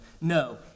No